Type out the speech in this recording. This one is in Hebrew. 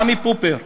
עמי פופר,